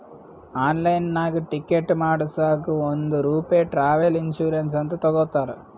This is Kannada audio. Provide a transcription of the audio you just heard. ಆನ್ಲೈನ್ನಾಗ್ ಟಿಕೆಟ್ ಮಾಡಸಾಗ್ ಒಂದ್ ರೂಪೆ ಟ್ರಾವೆಲ್ ಇನ್ಸೂರೆನ್ಸ್ ಅಂತ್ ತಗೊತಾರ್